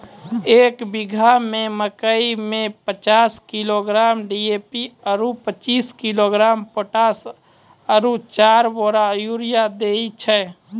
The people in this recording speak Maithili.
एक बीघा मे मकई मे पचास किलोग्राम डी.ए.पी आरु पचीस किलोग्राम पोटास आरु चार बोरा यूरिया दैय छैय?